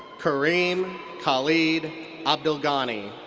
kareem khaled abdelghany.